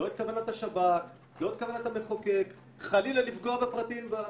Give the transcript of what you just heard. כוונה של השב"כ או כוונה של המחוקק לפגוע בפרט,